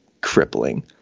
crippling